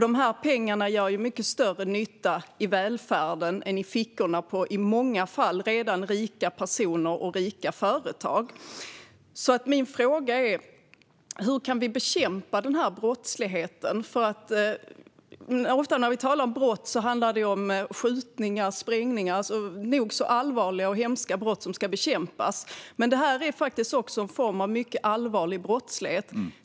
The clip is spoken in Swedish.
De här pengarna gör mycket större nytta i välfärden än i fickorna på i många fall redan rika personer och rika företag. Min fråga är: Hur kan vi bekämpa den här brottsligheten? Ofta när vi talar om brott handlar det om skjutningar och sprängningar, alltså nog så allvarliga och hemska brott som ska bekämpas, men det här är faktiskt också en form av mycket allvarlig brottslighet.